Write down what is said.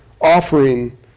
offering